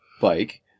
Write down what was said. bike